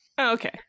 Okay